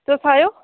तुस आएयो